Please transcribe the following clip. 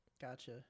Gotcha